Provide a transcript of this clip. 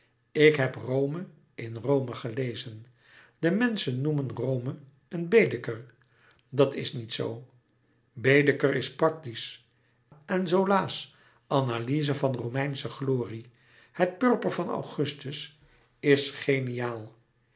ik heb rome in rome gelezen de menschen noemen rome een baedeker dat is niet zoo baedeker is praktisch en zola's analyze van romeinsche glorie het purper van augustus is geniaal